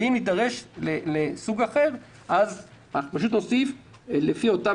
ואם יידרש לסוג אחר אז פשוט נוסיף: "לפי אותם